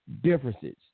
differences